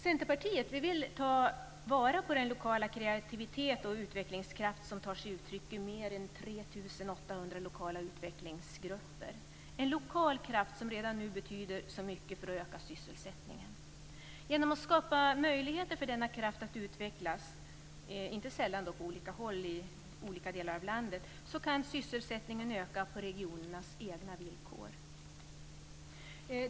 Centerpartiet vill ta vara på den lokala kreativitet och utvecklingskraft som tar sig uttryck i mer än 3 800 lokala utvecklingsgrupper, en lokal kraft som redan nu betyder mycket för att öka sysselsättningen. Genom att vi skapar möjligheter för denna kraft att utvecklas, inte sällan mot olika håll i olika delar av landet, kan sysselsättningen öka på regionernas egna villkor.